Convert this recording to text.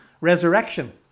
resurrection